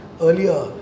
earlier